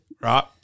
Right